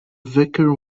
vicar